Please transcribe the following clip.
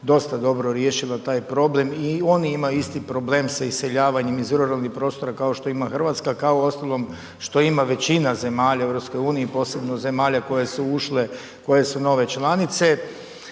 navodno dosta dobro riješila taj problem i oni imaju isti problem sa iseljavanjem iz ruralnih prostora, kao što ima Hrvatska, kao uostalom, što ima većina zemalja u EU, posebno zemalja koje su ušle koje su nove članice